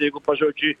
jeigu pažodžiui